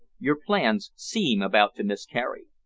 your plans seem about to miscarry!